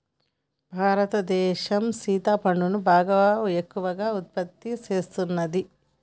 భారతదేసం సింతపండును బాగా ఎక్కువగా ఉత్పత్తి సేస్తున్నది